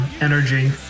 energy